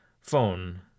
phone